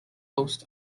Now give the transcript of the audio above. post